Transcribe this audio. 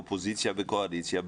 אופוזיציה וקואליציה,